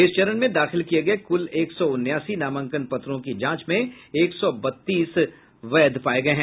इस चरण में दाखिल किये गये कुल एक सौ उनासी नामांकन पत्रों की जांच में एक सौ बत्तीस वैध पाये गये हैं